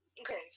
Okay